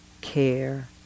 care